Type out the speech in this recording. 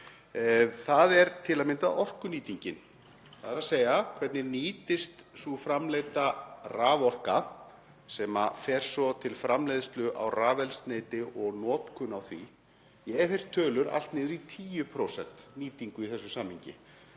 það er til að mynda orkunýtingin, þ.e. hvernig nýtist sú framleidda raforka sem fer svo til framleiðslu á rafeldsneyti og notkunar á því? Ég hef heyrt tölur allt niður í 10% nýtingu í þessu samhengi.